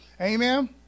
Amen